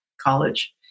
college